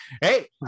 hey